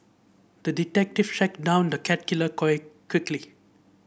the detective tracked down the cat killer quickly